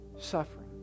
suffering